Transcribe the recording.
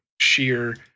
sheer